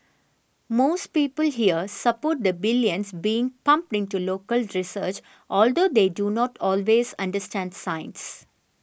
most people here support the billions being pumped into local research although they do not always understand science